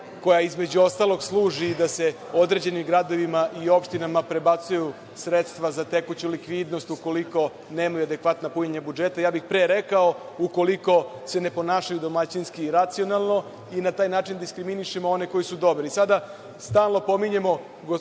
koja između ostalog služi da se određenim gradovima i opštinama prebacuju sredstva za tekuću likvidnost ukoliko nemaju adekvatna punjenja budžeta, a ja bih pre rekao ukoliko se ne ponašaju domaćinski i racionalno. Na taj način diskriminišemo one koji su dobri. Sada stalno pominjemo,